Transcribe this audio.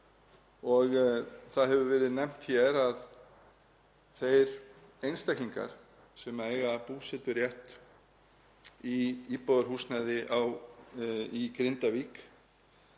Það hefur verið nefnt hér að þeir einstaklingar sem eiga búseturétt í íbúðarhúsnæði í Grindavík